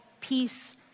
peace